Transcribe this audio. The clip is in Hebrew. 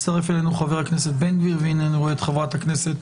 הצטרף אלינו חבר הכנסת בן גביר והנה אני רואה את חברת הכנסת